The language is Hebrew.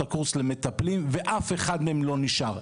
הקורס למטפלים ואף אחד מהם לא נשאר,